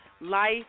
life